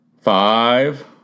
Five